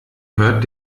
hört